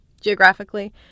geographically